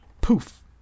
poof